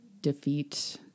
defeat